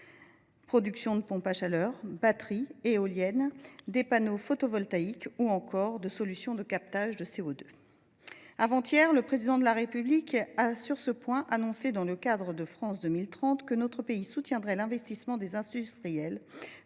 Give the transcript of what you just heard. production de pompes à chaleur, de batteries, d’éoliennes, de panneaux photovoltaïques ou encore de solutions de captage de CO2. Sur ce point, le Président de la République a annoncé, avant hier, dans le cadre de France 2030, que notre pays soutiendrait l’investissement des industriels